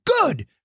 Good